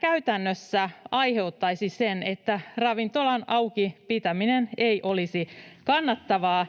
käytännössä aiheuttaisi sen, että ravintolan auki pitäminen ei olisi kannattavaa,